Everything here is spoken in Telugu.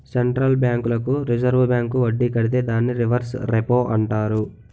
సెంట్రల్ బ్యాంకులకు రిజర్వు బ్యాంకు వడ్డీ కడితే దాన్ని రివర్స్ రెపో అంటారు